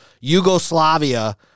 Yugoslavia